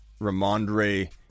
Ramondre